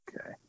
okay